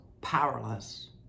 powerless